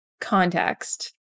context